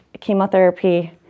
chemotherapy